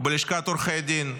בלשכת עורכי הדין.